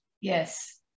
Yes